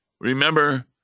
Remember